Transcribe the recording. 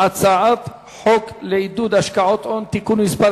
הצעת חוק לעידוד השקעות הון (תיקון מס'